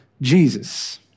Jesus